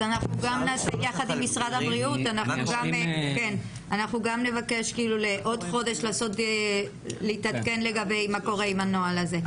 אז יחד עם משרד הבריאות נבקש להתעדכן בעוד חודש מה קורה עם הנוהל הזה.